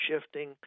shifting